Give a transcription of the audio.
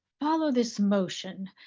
follow this motion,